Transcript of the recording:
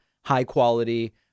high-quality